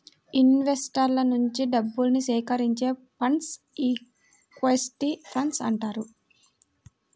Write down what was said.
ఇన్వెస్టర్ల నుంచి డబ్బుని సేకరించే ఫండ్స్ను ఈక్విటీ ఫండ్స్ అంటారు